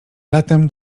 latem